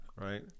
right